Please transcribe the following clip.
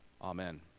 Amen